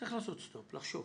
צריך לעשות סטופ ולחשוב